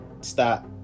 stop